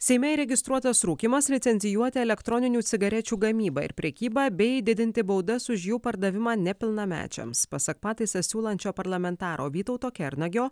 seime įregistruotas rūkymas licencijuoti elektroninių cigarečių gamybą ir prekybą bei didinti baudas už jų pardavimą nepilnamečiams pasak pataisą siūlančio parlamentaro vytauto kernagio